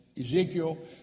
Ezekiel